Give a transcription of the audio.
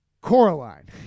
Coraline